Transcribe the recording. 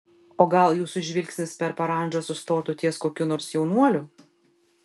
o gal jūsų žvilgsnis per parandžą sustotų ties kokiu nors jaunuoliu